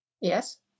Yes